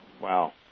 Wow